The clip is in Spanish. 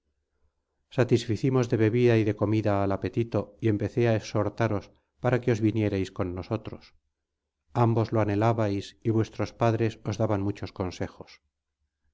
satisficimos de bebida y de comida al apetito y empecé á exhortaros para que os vinierais con nosotros ambos lo anhelabais y vuestros padres os daban muchos consejos